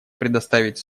предоставить